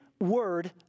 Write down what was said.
word